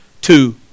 two